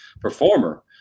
performer